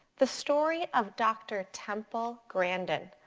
the story of dr. temple grandin.